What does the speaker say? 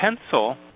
pencil